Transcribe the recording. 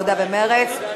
העבודה ומרצ,